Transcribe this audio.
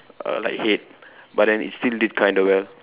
uh like hate but then it still did kind of well